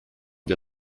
wir